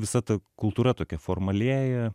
visa ta kultūra tokia formalėja